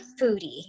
foodie